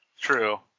True